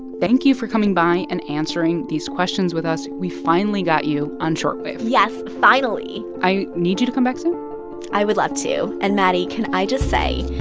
thank you for coming by and answering these questions with us. we finally got you on short wave yes, finally i need you to come back soon i would love to. and maddie, can i just say,